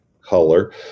color